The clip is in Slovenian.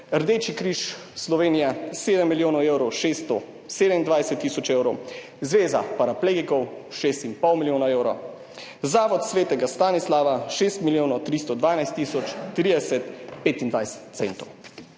Rdeči križ Slovenije 7 milijonov evrov 627 tisoč evrov, Zveza paraplegikov 6 in pol milijonov evrov, Zavod sv. Stanislava 6 milijonov 312 tisoč 30 in 25 centov.